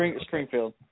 Springfield